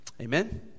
Amen